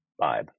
vibe